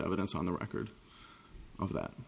evidence on the record of that